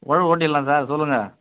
உழவு ஓட்டிடலாம் சார் சொல்லுங்கள்